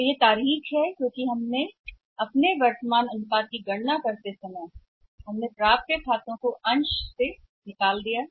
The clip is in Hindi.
तो यह वहाँ रास्ता है इसलिए हमने किया है कि वर्तमान अनुपात की गणना करते समय अब प्राप्य खाते हैं अंश से निकाल दिया गया